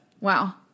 Wow